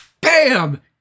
BAM